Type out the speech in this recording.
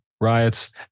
riots